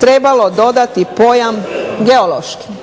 trebalo dodati pojam geološki.